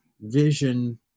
vision